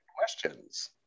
questions